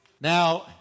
Now